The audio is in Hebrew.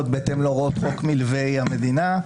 בהתאם להוראות חוק מלווי המדינה,